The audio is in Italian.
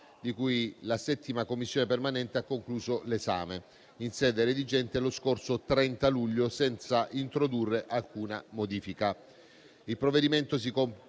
di cui la 7ª Commissione permanente ha concluso l'esame in sede redigente lo scorso 30 luglio, senza introdurre alcuna modifica.